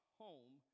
home